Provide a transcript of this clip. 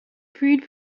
freed